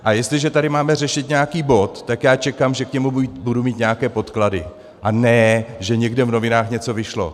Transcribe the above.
A jestliže tady máme řešit nějaký bod, tak já čekám, že k němu budu mít nějaké podklady, a ne že někde v novinách něco vyšlo.